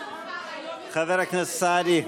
חבר הכנסת סעדי.